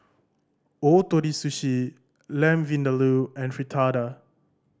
Ootoro Sushi Lamb Vindaloo and Fritada